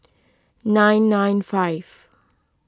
nine nine five